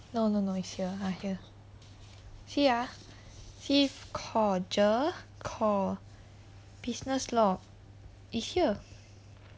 no no no it's here ah here see ah see core GER core business law is here